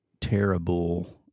Terrible